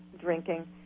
drinking